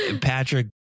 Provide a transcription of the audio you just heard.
Patrick